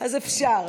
אז אפשר,